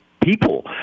people